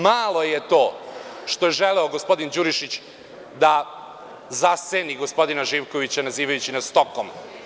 Malo je to što je želeo gospodin Đurišić da zaseni gospodina Živkovića nazivajući nas „stokom“